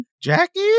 Jackie